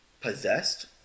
possessed